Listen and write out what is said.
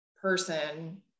person